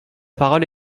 parole